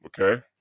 Okay